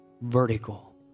vertical